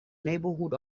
neighbourhood